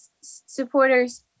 Supporters